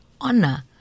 honor